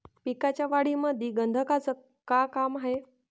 पिकाच्या वाढीमंदी गंधकाचं का काम हाये?